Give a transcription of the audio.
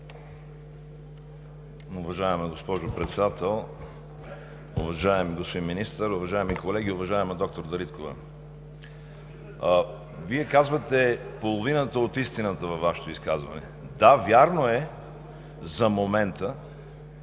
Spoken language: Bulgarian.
Вие казвате половината от истината в изказването си. Да, вярно е за момента